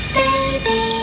baby